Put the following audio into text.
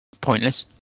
Pointless